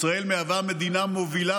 ישראל מהווה מדינה מובילה